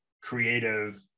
creative